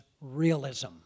realism